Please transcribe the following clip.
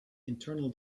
internal